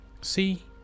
See